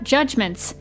Judgments